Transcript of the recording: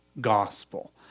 gospel